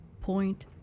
point